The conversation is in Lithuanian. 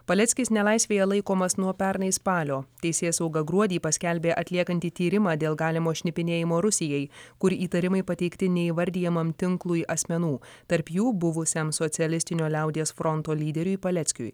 paleckis nelaisvėje laikomas nuo pernai spalio teisėsauga gruodį paskelbė atliekanti tyrimą dėl galimo šnipinėjimo rusijai kur įtarimai pateikti neįvardijamam tinklui asmenų tarp jų buvusiam socialistinio liaudies fronto lyderiui paleckiui